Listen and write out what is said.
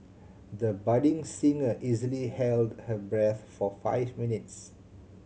the budding singer easily held her breath for five minutes